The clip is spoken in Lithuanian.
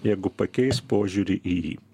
jeigu pakeis požiūrį į jį